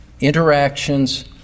interactions